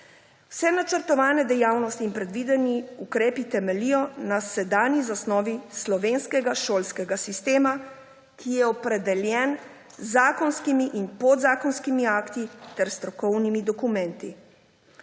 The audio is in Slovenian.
Vse načrtovane dejavnosti in predvideni ukrepi temeljijo na sedanji zasnovi slovenskega šolskega sistema, ki je opredeljen z zakonskimi in podzakonskimi akti ter s strokovnimi dokumenti.